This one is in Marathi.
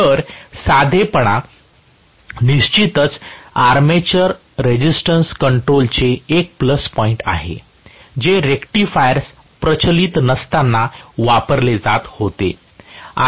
तर साधेपणा निश्चितच आर्मेचर रेझिस्टन्स कंट्रोलचे एक प्लस पॉईंट आहे जे रेक्टिफायर्स प्रचलित नसताना वापरले जात होते